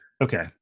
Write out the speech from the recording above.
Okay